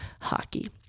hockey